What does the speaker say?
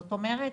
זאת אומרת